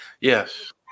Yes